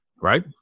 right